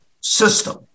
system